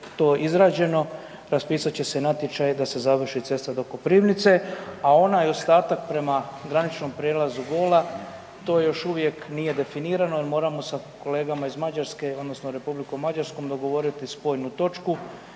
to izrađeno, raspisat će se natječaj da se završi cesta do Koprivnice, a onaj ostatak prema graničnom prijelazu Gola, to još uvijek nije definirano jer moramo sa kolegama iz Mađarske odnosno Republikom Mađarskom dogovoriti spojnu točku,